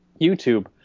YouTube